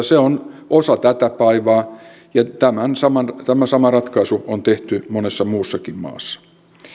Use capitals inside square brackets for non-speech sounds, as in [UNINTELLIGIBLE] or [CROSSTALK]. [UNINTELLIGIBLE] se on osa tätä päivää ja tämä sama ratkaisu on tehty monessa muussakin maassa